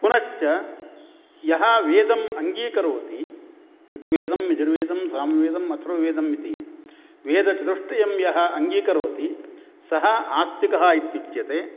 पुनश्च यः वेदम् अङ्गीकरोति ऋग्वेदं यजुर्वेदं सामवेदम् अथर्ववेदम् इति वेदचतुष्टयं यः अङ्गीकरोति सः आस्तिकः इत्युच्यते